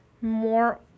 more